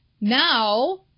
now